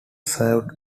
served